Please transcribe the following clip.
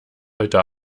heute